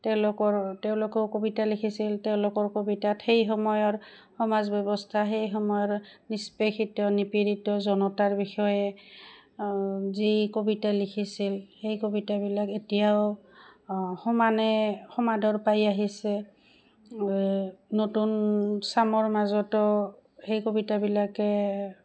তেওঁলোকৰ তেওঁলোকেও কবিতা লিখিছিল তেওঁলোকৰ কবিতাত সেই সময়ৰ সমাজ ব্যৱস্থা সেই সময়ৰ নিষ্পেষিত নিপীৰিত জনতাৰ বিষয়ে যি কবিতা লিখিছিল সেই কবিতাবিলাক এতিয়াও সমানে সমাদৰ পাই আহিছে নতুন চামৰ মাজতো সেই কবিতাবিলাকে